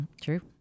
true